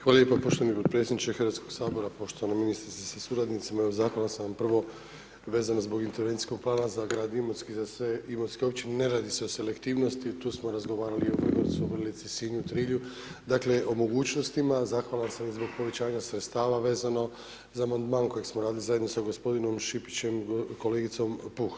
Hvala lijepa, poštovani podpredsjedniče Hrvatskog sabora, poštovana ministrice sa suradnicima, evo zahvalan sam vam prvo vezano zbog intervencijskog plana za grad Imotski, za sve imotske općine, ne radi se o selektivnosti, tu smo razgovarali i o Vrgorcu, Vrlici, Sinju, Trilju, dakle o mogućnostima, zahvalan sam i zbog povećanja sredstava vezano za amandman kojeg smo radili zajedno sa gospodinom Šipićem, kolegicom Puh.